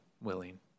willing